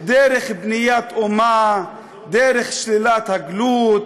דרך בניית אומה, דרך שלילת הגלות,